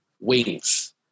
wings